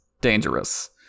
dangerous